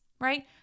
right